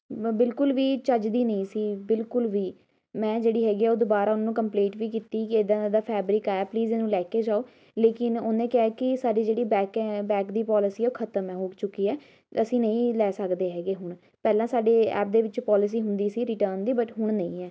ਬ ਬਿਲਕੁਲ ਵੀ ਚੱਜ ਦੀ ਨਹੀਂ ਸੀ ਬਿਲਕੁਲ ਵੀ ਮੈਂ ਜਿਹੜੀ ਹੈਗੀ ਆ ਉਹ ਦੁਬਾਰਾ ਉਹਨੂੰ ਕੰਪਲੇਂਟ ਵੀ ਕੀਤੀ ਕਿ ਇੱਦਾਂ ਦਾ ਇਹਦਾ ਫੈਬਰਿਕ ਆਇਆ ਪਲੀਜ਼ ਇਹਨੂੰ ਲੈ ਕੇ ਜਾਓ ਲੇਕਿਨ ਉਹਨੇ ਕਿਹਾ ਕਿ ਸਾਡੀ ਜਿਹੜੀ ਬੈਕ ਹੈ ਬੈਕ ਦੀ ਪੋਲਿਸੀ ਆ ਉਹ ਖ਼ਤਮ ਹੈ ਹੋ ਚੁੱਕੀ ਹੈ ਅਸੀਂ ਨਹੀਂ ਲੈ ਸਕਦੇ ਹੈਗੇ ਹੁਣ ਪਹਿਲਾਂ ਸਾਡੇ ਐਪ ਦੇ ਵਿੱਚ ਪੋਲਿਸੀ ਹੁੰਦੀ ਸੀ ਰਿਟਰਨ ਦੀ ਬਟ ਹੁਣ ਨਹੀਂ ਹੈ